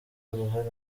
uruhare